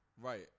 Right